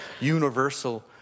universal